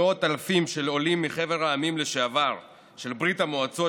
מאות אלפים של עולים מחבר המדינות לשעבר של ברית המועצות,